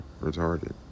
retarded